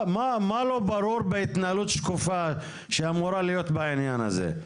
מה לא ברור בהתנהלות שקופה שאמורה להיות בעניין הזה?